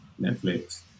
Netflix